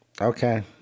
Okay